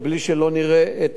אנחנו לא יכולים להעביר את החוק.